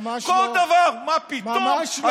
ממש לא.